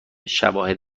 شواهد